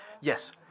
Yes